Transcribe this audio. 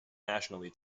naturally